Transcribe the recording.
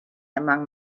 among